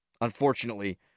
unfortunately